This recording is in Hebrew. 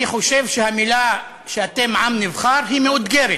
אני חושב שהמילה שאתם עם נבחר היא מאותגרת,